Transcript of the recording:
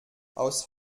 aus